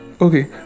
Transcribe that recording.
okay